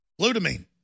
glutamine